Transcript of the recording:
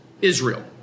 Israel